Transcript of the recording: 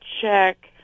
check